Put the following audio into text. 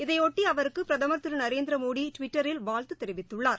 இதையொட்டி அவருக்கு பிரதமர் திரு நரேநத்தி மோடி டிவிட்டரில் வாழ்த்து தெரிவித்துள்ளார்